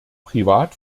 privat